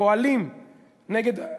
פועלים נגד,